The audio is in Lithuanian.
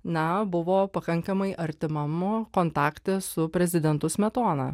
na buvo pakankamai artimamo kontakte su prezidentu smetona